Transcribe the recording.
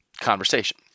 conversation